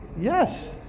Yes